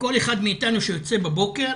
כל אחד מאיתנו שיוצא בבוקר,